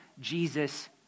Jesus